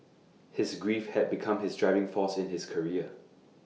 his grief had become his driving force in his career